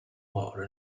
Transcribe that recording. water